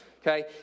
Okay